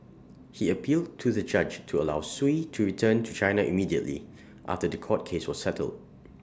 he appealed to the judge to allow Sui to return to China immediately after The Court case was settled